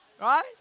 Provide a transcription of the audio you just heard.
Right